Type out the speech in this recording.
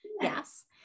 yes